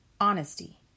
honesty